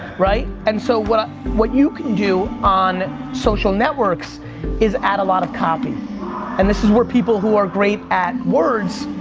right? and so what ah what you can do on social networks is add a lot of copy and this is where people who are great at words,